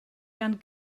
gan